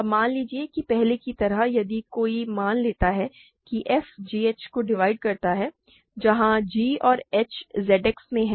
अब मान लीजिए कि पहले की तरह यदि कोई मान लेता है कि f g h को डिवाइड करता है जहां g और h Z X में हैं